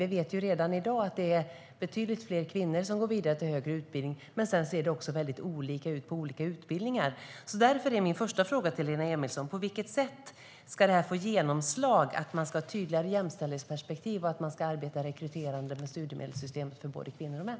Vi vet redan i dag att det är betydligt fler kvinnor som går vidare till högre utbildning. Men det ser också väldigt olika ut på olika utbildningar. Därför är min första fråga till Lena Emilsson: På vilket sätt ska det få genomslag att man ska ha ett tydligare jämställdhetsperspektiv och arbeta rekryterande med studiemedelssystemet för både kvinnor och män?